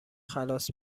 خلاص